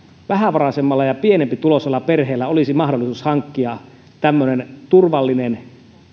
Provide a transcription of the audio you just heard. vähävaraisemmalla ja pienempituloisella perheellä olisi mahdollisuus hankkia turvallinen